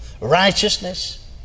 righteousness